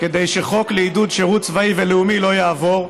כדי שחוק לעידוד שירות צבאי ולאומי לא יעבור,